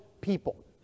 people